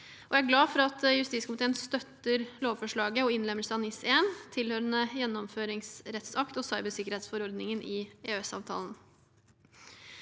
Jeg er glad for at justiskomiteen støtter lovforslaget og innlemmelse av NIS1, tilhørende gjennomføringsrettsakt og cybersikkerhetsforordningen i EØS-avtalen.